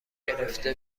گرفته